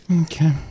Okay